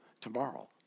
tomorrow